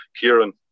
Kieran